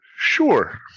sure